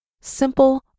Simple